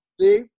See